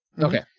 okay